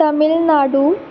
Tamil Nadu